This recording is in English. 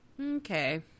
Okay